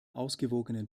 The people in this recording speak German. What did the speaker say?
ausgewogenen